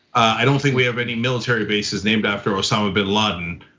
i don't think we have any military bases named after osama bin laden,